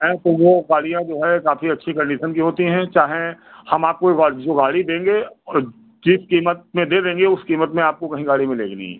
ऐं तो वे गाड़ियाँ जो है काफी अच्छी कंडीसन की होती हैं चाहें हम आपको जो गाड़ी देंगे और जिस क़ीमत में दे देंगे उस क़ीमत में आपको कहीं गाड़ी मिलेगी नहीं